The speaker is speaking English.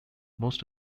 most